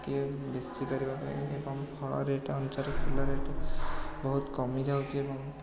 କିଏ ବେଶୀ କରିବା ପାଇଁ ଏବଂ ଫଳ ରେଟ୍ ଅନୁସାରେ ଫୁଲ ରେଟ୍ ବହୁତ କମିଯାଉଛି ଏବଂ